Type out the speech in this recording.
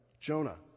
Jonah